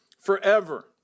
forever